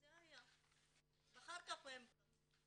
ואחר כך הם קנו.